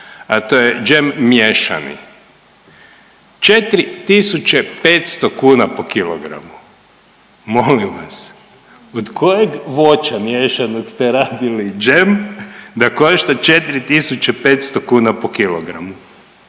a to je džem miješani 4.500 kuna po kilogramu. Molim vas od kojeg voća miješanog ste radili džem da košta 4.500 kuna po kilogramu.